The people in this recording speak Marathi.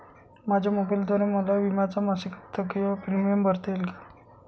माझ्या मोबाईलद्वारे मला विम्याचा मासिक हफ्ता किंवा प्रीमियम भरता येईल का?